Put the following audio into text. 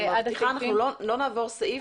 אני מבטיחה שאנחנו לא נעבור סעיף,